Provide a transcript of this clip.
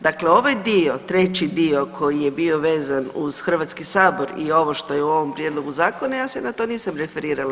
Dakle, ovaj dio treći dio koji je bio vezan uz Hrvatski sabor i ovo što je u ovom prijedlogu zakona ja se na to nisam referirala.